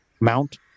Mount